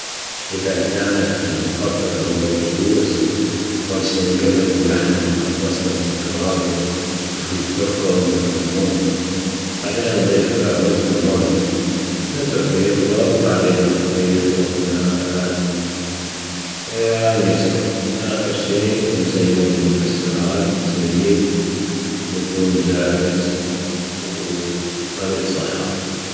إذا كان أكلي المفضل هو المجبوس أول شي نجلب اللحم مع البصل والتوابل مثل الكركم والكمون بعدين نضيف الأرز والماية ونتركه يغلى وبعدين نخلي يطبخ على نار هادية ليان يستوي وأخر نزينة بالمكسرات والزبيب ويكون جاهز وألف صحة.